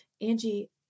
Angie